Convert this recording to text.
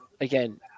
again